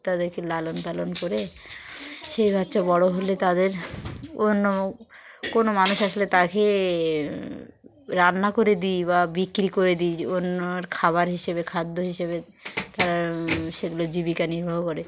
তাদেরকে লালনপালন করে সেই বাচ্চা বড় হলে তাদের অন্য কোনো মানুষ আসলে তাকে রান্না করে দিই বা বিক্রি করে দিই অন্যর খাবার হিসেবে খাদ্য হিসেবে তারা সেগুলো জীবিকা নির্বাহ করে